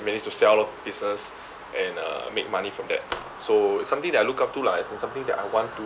manage to sell off business and uh make money from that so it's something that I look up to lah as in something that I want to